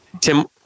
Tim